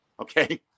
Okay